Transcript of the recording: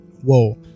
Whoa